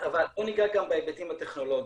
אבל בואו ניגע גם בהיבטים הטכנולוגיים.